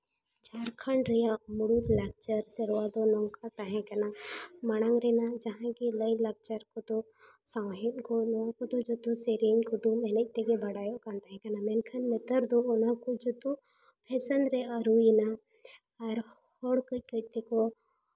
ᱡᱷᱟᱲᱠᱷᱚᱸᱰ ᱨᱮᱭᱟᱜ ᱢᱩᱬᱩᱫ ᱞᱟᱠᱪᱟᱨ ᱥᱮᱨᱣᱟ ᱫᱚ ᱱᱚᱝᱠᱟ ᱛᱟᱦᱮᱸ ᱠᱟᱱᱟ ᱢᱟᱲᱟᱝ ᱨᱮᱱᱟᱜ ᱡᱟᱦᱟᱸᱜᱮ ᱞᱟᱭᱼᱞᱟᱠᱪᱟᱨ ᱥᱟᱶᱦᱮᱫ ᱠᱚ ᱱᱚᱣᱟ ᱠᱚᱫᱚ ᱡᱚᱛᱚ ᱥᱮᱨᱮᱧ ᱠᱚᱫᱚ ᱮᱱᱮᱡ ᱛᱮᱜᱮ ᱵᱟᱲᱟᱭᱚᱜ ᱠᱟᱱ ᱛᱟᱦᱮᱸ ᱠᱟᱱᱟ ᱢᱮᱱᱠᱷᱟᱱ ᱱᱮᱛᱟᱨ ᱫᱚ ᱚᱱᱟ ᱠᱚ ᱡᱚᱛᱚ ᱯᱷᱮᱥᱮᱱ ᱨᱮ ᱟᱹᱨᱩᱭᱮᱱᱟ ᱟᱨ ᱦᱚᱲ ᱠᱟᱹᱡ ᱠᱟᱹᱡ ᱛᱮᱠᱚ